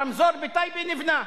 הרמזור בטייבה נבנה.